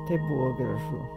taip buvo gražu